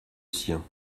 sien